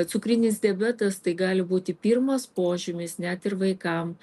cukrinis diabetas tai gali būti pirmas požymis net ir vaikam